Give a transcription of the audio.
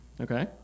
Okay